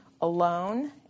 alone